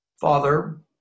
Father